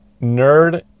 Nerd